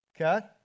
okay